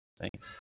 Thanks